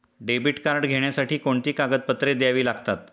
Debit card घेण्यासाठी कोणती कागदपत्रे द्यावी लागतात?